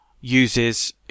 uses